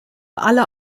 alle